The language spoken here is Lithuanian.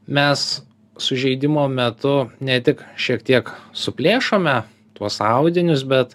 mes sužeidimo metu ne tik šiek tiek suplėšome tuos audinius bet